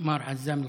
מר עאזם אל-ח'טיב,